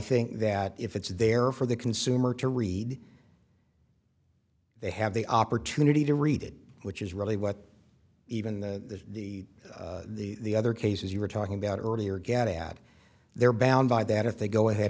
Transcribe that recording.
think that if it's there for the consumer to read they have the opportunity to read it which is really what even the the the other cases you were talking about earlier get at they're bound by that if they go ahead